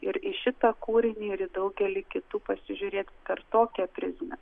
ir į šitą kūrinį ir į daugelį kitų pasižiūrėti per tokią prizmę